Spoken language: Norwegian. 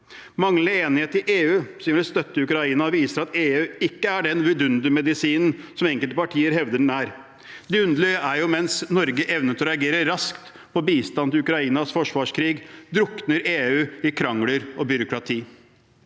Manglende enighet i EU om støtte til Ukraina viser at EU ikke er den vidundermedisinen som enkelte partier hevder. Det underlige er at mens Norge har evne til å reagere raskt for å gi bistand til Ukrainas forsvarskrig, drukner EU i krangler og byråkrati.